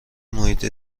محیط